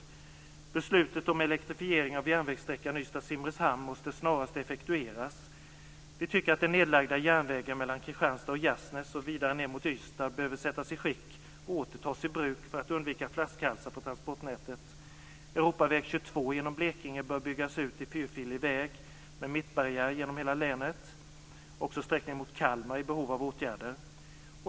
Ystad-Simrishamn måste snarast effektueras. Vi tycker att den nedlagda järnvägen mellan Kristianstad och Gärsnäs och vidare ned mot Ystad behöver sättas i skick och åter tas i bruk för att undvika flaskhalsar i transportnätet. Europaväg 22 genom Blekinge bör byggas ut till fyrfilig väg med mittbarriär genom hela länet. Också sträckningen mot Kalmar är i behov av åtgärder.